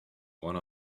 one